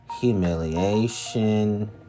Humiliation